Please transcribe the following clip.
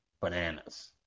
bananas